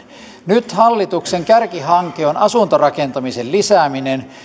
nyt hallituksen kärkihanke on asuntorakentamisen lisääminen